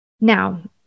Now